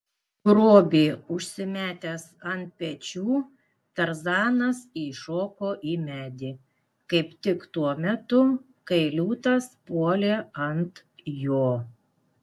grobį užsimetęs ant pečių tarzanas įšoko į medį kaip tik tuo metu kai liūtas puolė ant jo